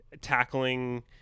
tackling